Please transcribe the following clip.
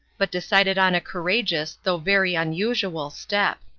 but decided on a courageous, though very unusual step.